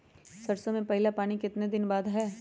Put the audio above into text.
सरसों में पहला पानी कितने दिन बाद है?